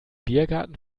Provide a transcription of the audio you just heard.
biergarten